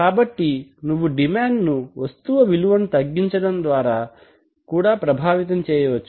కాబట్టి నువ్వు డిమాండ్ ను వస్తువు విలువను తగ్గించడం ద్వారా కూడా ప్రభావితం చేయవచ్చు